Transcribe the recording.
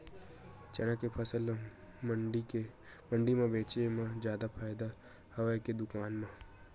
चना के फसल ल मंडी म बेचे म जादा फ़ायदा हवय के दुकान म?